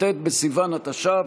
כ"ט בסיוון התש"ף,